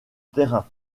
terrain